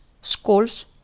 schools